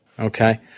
Okay